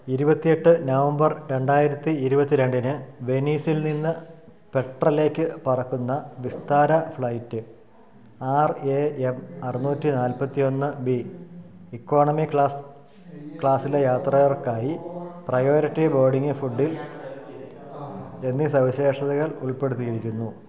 ഇരുപത്തി എട്ട് നവംബർ രണ്ടായിരത്തി ഇരുപത്തിരണ്ടിന് വെനീസിൽനിന്ന് പെട്രലേക്കു പറക്കുന്ന Vistara flight R A M അറുന്നൂറ്റി നാൽപ്പത്തി ഒന്ന് ബി ഇക്കോണമി ക്ലാസ് ക്ലാസിലെ യാത്രികർക്കായി പ്രയോറിറ്റി ബോഡിങ് ഫുഡിൽ എന്നീ സവിശേഷതകൾ ഉൾപ്പെടുത്തിയിരിക്കുന്നു